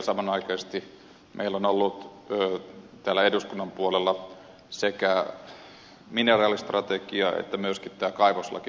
samanaikaisesti meillä on ollut täällä eduskunnan puolella sekä mineraalistrategia että myöskin tämä kaivoslaki käsittelyssä